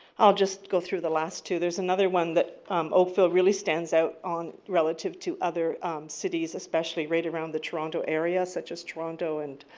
i'll just go through the last two. there's another one that oakville really stands out on relative to other cities, especially right around the toronto area such as toronto and